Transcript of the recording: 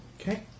Okay